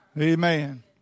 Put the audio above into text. Amen